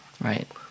Right